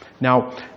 Now